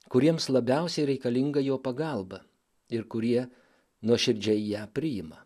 kuriems labiausiai reikalinga jo pagalba ir kurie nuoširdžiai ją priima